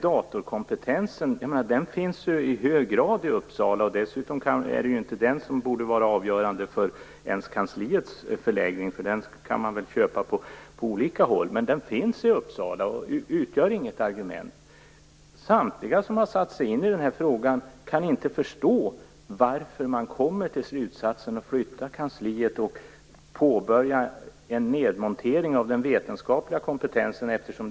Datorkompetensen finns i hög grad i Uppsala. Dessutom borde det inte vara avgörande ens för kansliets förläggning, för den kompetensen kan man väl köpa på olika håll. Men den finns i Uppsala, så det utgör inget argument. Ingen av dem som har satt sig in i frågan kan förstå varför man kommer till slutsatsen att kansliet skall flyttas och att en nedmontering av den vetenskapliga kompetensen skall påbörjas.